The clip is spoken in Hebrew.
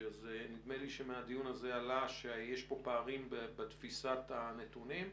נדמה לי שמהדיון הזה עלה שיש פה פערים בתפיסת הנתונים.